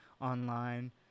online